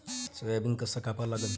Soybean कस कापा लागन?